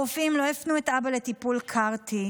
הרופאים לא הפנו את האבא לטיפול CAR T,